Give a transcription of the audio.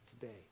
today